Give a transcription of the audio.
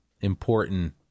important